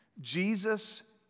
Jesus